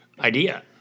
idea